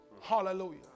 Hallelujah